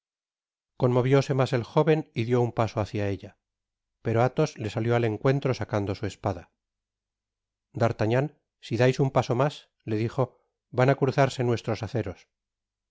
conmovióse mas el jóven y dió un paso hácia ella pero athos le salió al encuentro sacando su espada d'artagnan si dais un paso mas le dijo van á cruzarse nuestros aceros